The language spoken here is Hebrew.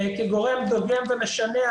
כגורם דוגם ומשנע,